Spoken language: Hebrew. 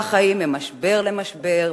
כך חיים ממשבר למשבר,